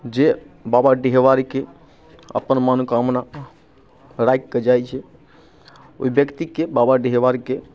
जे बाबा डीहवारके अपन मनोकामना राखि कऽ जाइत छै ओहि व्यक्तिके बाबा डीहवारके